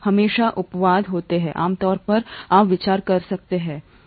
हमेशा अपवाद होते हैं आमतौर पर आप विचार कर सकते हैं यह